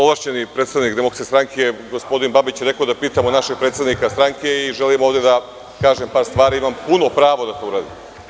Ovlašćeni sam predstavnik DS, gospodin Babić je rekao da pitamo našeg predsednika stranke i želim ovde da kažem par stvari, imam puno pravo da to uradim.